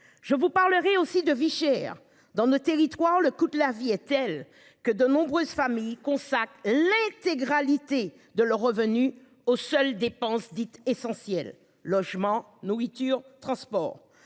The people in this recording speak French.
Je vous parlerai aussi de Vichères dans nos territoires, le coût de la vie est telle que de nombreuses familles consacrent l'intégralité de leurs revenu aux seules dépenses dites essentielles, logement, nourriture, transport